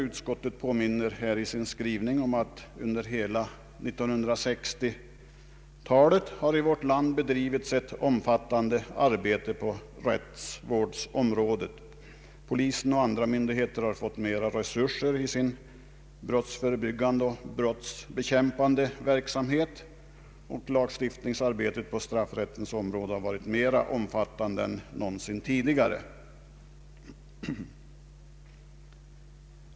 Utskottet påminner i sin skrivning om att ett omfattande arbete på rättsvårdens område har bedrivits i vårt land under hela 1960-talet. Polisen och andra myndigheter har fått större resurser i sin brottsförebyggande och brottsbekämpande verksamhet, och lagstiftningsarbetet på straffrättens område har varit mera omfattande än någonsin tidigare.